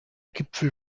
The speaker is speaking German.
gipfel